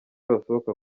basohoka